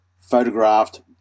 photographed